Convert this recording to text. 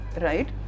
right